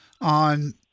on